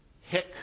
hick